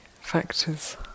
factors